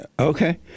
Okay